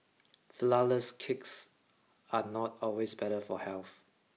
flourless cakes are not always better for health